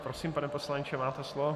Prosím, pane poslanče, máte slovo.